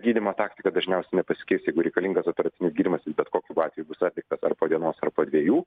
gydymo taktika dažniausiai nepasikeis jeigu reikalingas operacinis gydymas jis bet kokiu atveju bus atliktas ar po dienos ar po dviejų